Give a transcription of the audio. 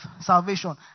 salvation